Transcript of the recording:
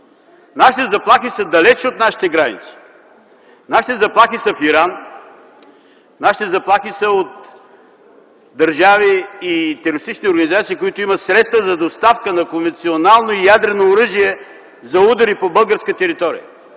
Нашите заплахи са далеч от нашите граници. Нашите заплахи са в Иран, нашите заплахи са от държави и терористични организации, които имат средства за доставка на конвенционално и ядрено оръжие за удари по българска територия.